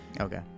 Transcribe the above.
Okay